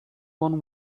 one